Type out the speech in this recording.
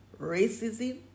racism